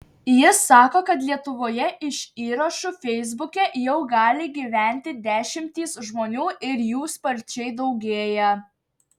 jis sako kad lietuvoje iš įrašų feisbuke jau gali gyventi dešimtys žmonių ir jų sparčiai daugėja